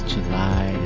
July